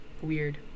weird